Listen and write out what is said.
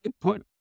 put